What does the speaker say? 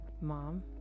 Mom